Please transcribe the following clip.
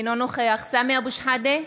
אינו נוכח סמי אבו שחאדה,